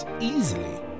easily